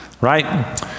right